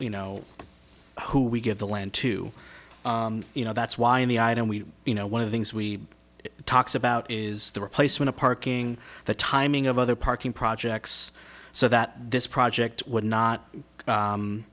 you know who we give the land to you know that's why in the i don't we you know one of the things we talks about is the replacement of parking the timing of other parking projects so that this project would not